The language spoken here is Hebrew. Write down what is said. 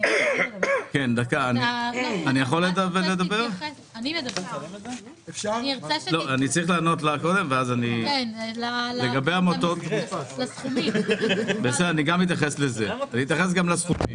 מיד עם סיום ההליך ברשות המסים מנהל רשות המסים יעביר לוועדת הכספים